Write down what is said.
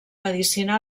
medicina